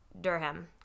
Durham